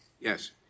Yes